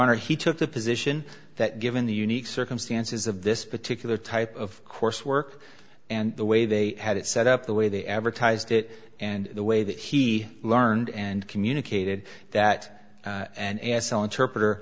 honor he took the position that given the unique circumstances of this particular type of coursework and the way they had it set up the way they advertised it and the way that he learned and communicated that and so interpreter